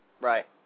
Right